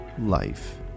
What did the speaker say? Life